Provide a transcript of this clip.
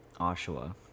Oshawa